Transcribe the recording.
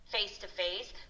face-to-face